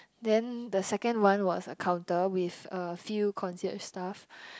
then the second one was a counter with a few concierge staff